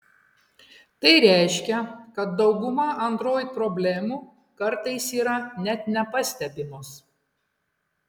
tai reiškia kad dauguma android problemų kartais yra net nepastebimos